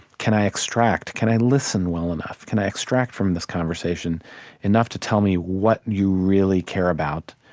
can i extract, can i listen well enough, can i extract from this conversation enough to tell me what you really care about,